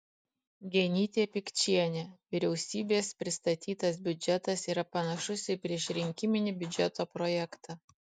genytė pikčienė vyriausybės pristatytas biudžetas yra panašus į priešrinkiminį biudžeto projektą